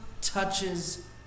touches